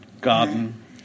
garden